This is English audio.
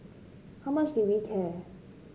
how much did we care